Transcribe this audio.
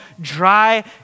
dry